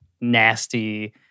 nasty